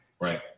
Right